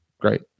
great